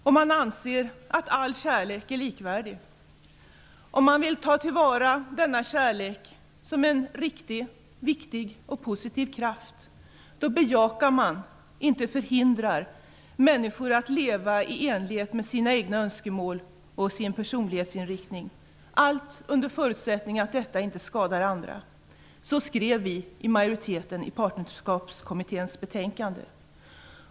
Om man anser att all kärlek är likvärdig, om man vill ta till vara denna kärlek som en riktig, viktig och positiv kraft, då bejakar man -- inte förhindrar -- att människor får leva i enlighet med sina egna önskemål och sin personlighetsinriktning, allt under förutsättning att detta inte skadar andra. Så skrev vi i majoriteten i Partnerskapskommitténs betänkande.